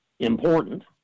important